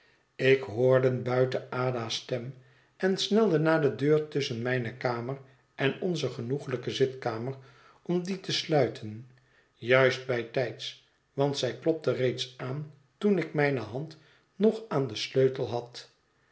ik hoorde buiten ada's stem en snelde naar de deur tusschen mijne kamer en onze genoeglijke zitkamer om die te sluiten juist bijtijds want zij klopte reeds aan toen ik mijne hand nog aan den sleutel had